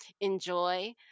enjoy